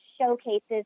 showcases